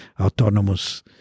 autonomous